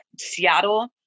Seattle